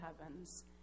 heavens